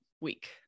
week